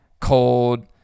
Cold